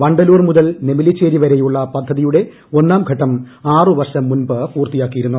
വണ്ടലൂർ മുതൽ നെമിലിച്ചേരി ഷ്രെയുള്ള പദ്ധതിയുടെ ഒന്നാം ഘട്ടം ആറ് വർഷ്ടം മുൻപ് പൂർത്തിയാക്കിയിരുന്നു